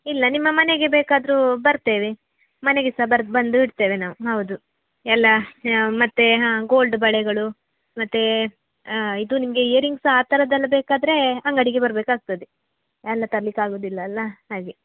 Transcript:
ಇಲ್ಲ ನಿಮ್ಮ ಮನೆಗೆ ಬೇಕಾದರೂ ಬರ್ತೇವೆ ಮನೆಗೆ ಸಹ ಬರ್ ಬಂದು ಇಡ್ತೇವೆ ನಾವು ಹೌದು ಎಲ್ಲ ಮತ್ತು ಹಾಂ ಗೋಲ್ಡ್ ಬಳೆಗಳು ಮತ್ತು ಇದು ನಿಮಗೆ ಇಯರಿಂಗ್ಸ್ ಆ ಥರದ್ದೆಲ್ಲ ಬೇಕಾದರೆ ಅಂಗಡಿಗೆ ಬರಬೇಕಾಗ್ತದೆ ಎಲ್ಲ ತರ್ಲಿಕ್ಕೆ ಆಗೋದಿಲ್ಲ ಅಲ್ವ ಹಾಗೆ